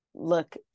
look